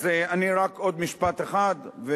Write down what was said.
אז רק עוד משפט אחד.